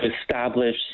establish